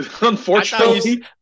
Unfortunately